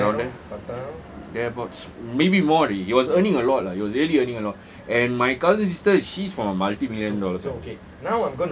probably around there there about maybe more he was earning a lot lah he was really earning a lot and my cousin sister she's from a multi million dollars firm